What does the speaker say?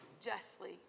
justly